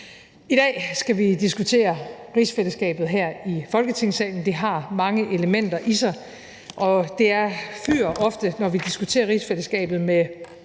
I dag skal vi diskutere rigsfællesskabet her i Folketingssalen. Det har mange elementer i sig, og det fyger ofte, når vi diskuterer rigsfællesskabet, med